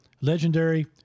legendary